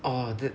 orh th~